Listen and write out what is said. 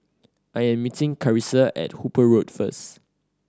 I am meeting Carisa at Hooper Road first